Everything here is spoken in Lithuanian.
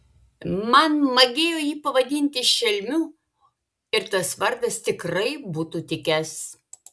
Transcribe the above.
man magėjo jį pavadinti šelmiu ir tas vardas tikrai būtų tikęs